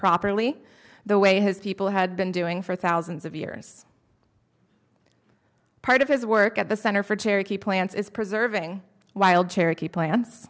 properly the way his people had been doing for thousands of years part of his work at the center for cherokee plants is preserving wild cherokee plan